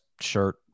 shirt